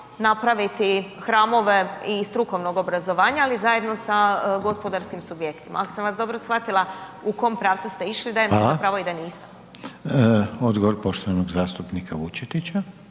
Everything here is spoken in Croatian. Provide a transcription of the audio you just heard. napraviti hramove i iz strukovnog obrazovanja, ali zajedno sa gospodarskim subjektima, ak sam vas dobro shvatila u kom pravcu ste išli …/Upadica: Hvala/…dajem si za pravo da i nisam. **Reiner, Željko (HDZ)** Odgovor poštovanog zastupnika Vučetića.